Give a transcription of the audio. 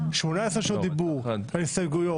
18 שעות דיבור על הסתייגויות.